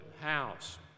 house